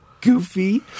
goofy